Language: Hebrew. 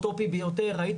בוקר טוב לכולם.